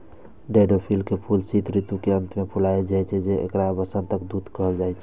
daffodil के फूल शीत ऋतु के अंत मे फुलाय छै, तें एकरा वसंतक दूत कहल जाइ छै